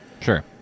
Sure